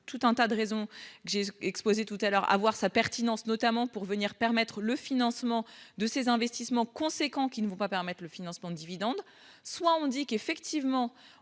tout un tas de raisons, j'ai exposé tout à l'heure à voir sa pertinence, notamment pour venir permettre le financement de ces investissements conséquents qui ne vont pas permettre le financement Dividendes, soit on dit qu'effectivement